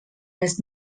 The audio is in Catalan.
les